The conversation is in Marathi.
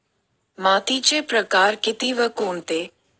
मातीचे प्रकार किती व कोणते?